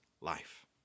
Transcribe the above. life